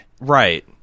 Right